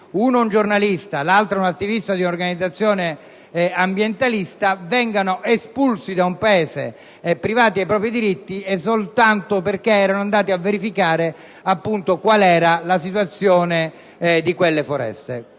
un giornalista e un'attivista di un'organizzazione ambientalista) vengano espulsi da un Paese e privati dei loro diritti soltanto perché erano andati a verificare la situazione delle foreste.